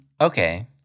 Okay